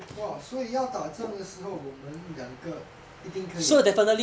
!wah! 所以要打战的时候我们两个一定可以